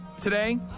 today